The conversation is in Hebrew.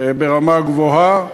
ברמה גבוהה,